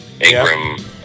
Ingram